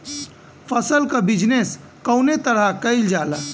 फसल क बिजनेस कउने तरह कईल जाला?